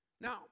Now